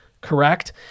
correct